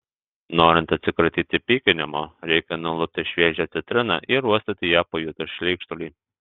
norint atsikratyti pykinimo reikia nulupti šviežią citriną ir uostyti ją pajutus šleikštulį